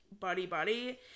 buddy-buddy